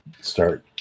start